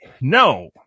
No